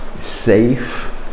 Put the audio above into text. safe